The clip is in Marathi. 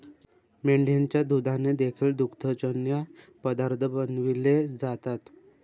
मेंढीच्या दुधाने देखील दुग्धजन्य पदार्थ बनवले जातात